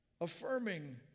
Affirming